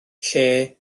lle